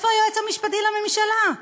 איפה היועץ המשפטי לממשלה?